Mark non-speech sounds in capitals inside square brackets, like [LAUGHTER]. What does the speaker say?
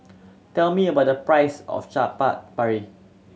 tell me about the price of Chaat [UNINTELLIGIBLE] Papri